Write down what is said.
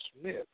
Smith